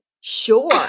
Sure